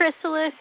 chrysalis